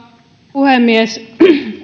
puhemies